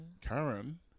Karen